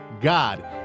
God